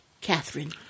Catherine